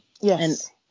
Yes